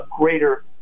greater